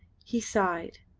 he sighed.